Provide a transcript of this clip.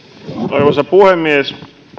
arvoisa puhemies